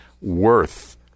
worth